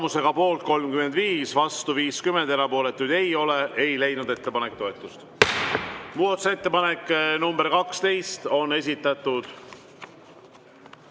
Tulemusega poolt 35, vastu 50, erapooletuid ei ole, ei leidnud ettepanek toetust. Muudatusettepaneku nr 12 on esitanud